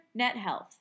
NetHealth